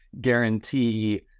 guarantee